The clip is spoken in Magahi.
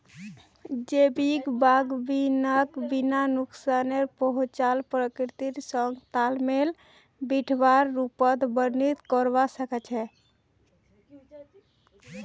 जैविक बागवानीक बिना नुकसान पहुंचाल प्रकृतिर संग तालमेल बिठव्वार रूपत वर्णित करवा स ख छ